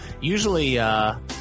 Usually